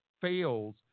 fails